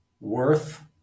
worth